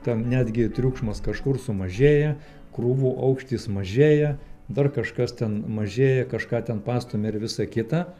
ten netgi triukšmas kažkur sumažėja krūvų aukštis mažėja dar kažkas ten mažėja kažką ten pastumia ir visa kita